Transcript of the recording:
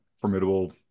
formidable